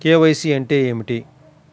KYC అంటే ఏమిటి?